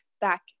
back